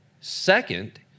second